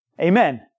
Amen